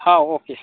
हं ओके